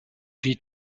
die